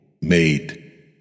made